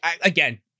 again